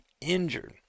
injured